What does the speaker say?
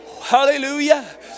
hallelujah